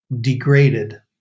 degraded